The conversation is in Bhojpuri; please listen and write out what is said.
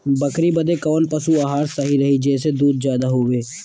बकरी बदे कवन पशु आहार सही रही जेसे दूध ज्यादा होवे?